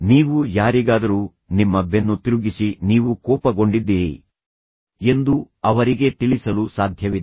ನೀವು ಯಾರಿಗಾದರೂ ನಿಮ್ಮ ಬೆನ್ನು ತಿರುಗಿಸಿ ನೀವು ಕೋಪಗೊಂಡಿದ್ದೀರಿ ಎಂದು ಅವರಿಗೆ ತಿಳಿಸಲು ಸಾಧ್ಯವಿದೆ